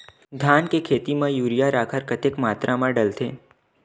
धान के खेती म यूरिया राखर कतेक मात्रा म डलथे?